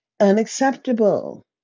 Unacceptable